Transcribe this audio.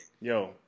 Yo